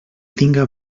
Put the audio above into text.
tinga